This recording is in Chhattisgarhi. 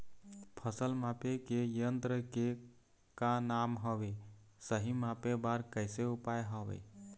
फसल मापे के यन्त्र के का नाम हवे, सही मापे बार कैसे उपाय हवे?